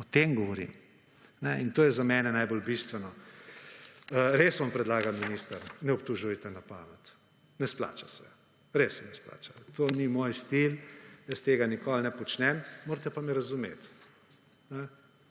O tem govorim in to je za mene najbolj bistveno. Res vam predlagam, minister, ne obtožujte na pamet. Ne splača se. Res se ne splača. To ni moj stil, jaz tega nikoli ne počnem. Morate pa me razumeti,